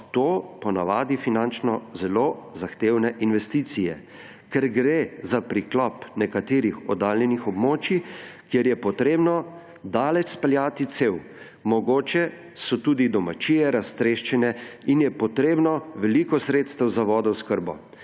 to po navadi finančno zelo zahtevne investicije, ker gre za priklop nekaterih oddaljenih območij, kjer je treba daleč speljati cev, mogoče so tudi domačije raztreščene in je potrebnih veliko sredstev za vodooskrbo.